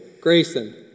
Grayson